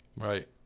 Right